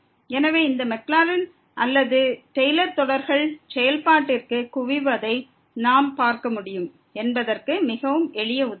எனவே இந்த மாக்லௌரின் அல்லது டெய்லர் தொடர்கள் செயல்பாட்டிற்கு குவிவதை நாம் பார்க்க முடியும் என்பதற்கு மிகவும் எளிய உதாரணம்